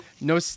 no